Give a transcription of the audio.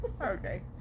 Okay